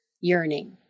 yearning